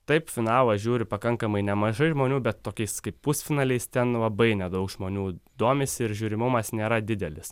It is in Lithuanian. taip finalą žiūri pakankamai nemažai žmonių bet tokiais kaip pusfinaliais ten labai nedaug žmonių domisi ir žiūrimumas nėra didelis